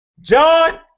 John